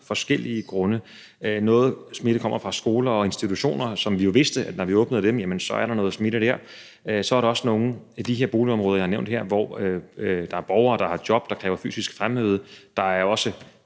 forskellige grunde. Noget smitte kommer fra skoler og institutioner, hvilket vi jo vidste: Når man åbnede dem, er der noget smitte der. Så er der også nogle af de her boligområder, jeg har nævnt her, hvor der er borgere, der har job, der kræver fysisk fremmøde. Der er også